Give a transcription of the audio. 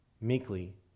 meekly